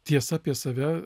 tiesa apie save